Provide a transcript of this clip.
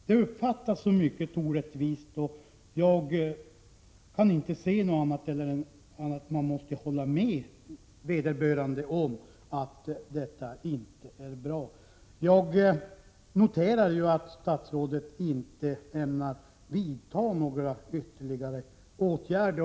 Det hela uppfattas som mycket orättvist, och jag kaninte se annat än man måste hålla med vederbörande om att förhållandena inte är bra. Jag noterar att statsrådet inte ämnar vidta några ytterligare åtgärder.